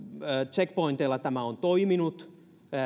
checkpointeilla tämä on toiminut